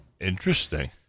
Interesting